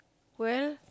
well